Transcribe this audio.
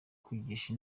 kugisha